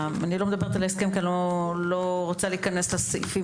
- אני לא מדברת על ההסכם כי אני לא רוצה להיכנס לסעיפים